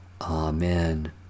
Amen